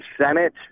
Senate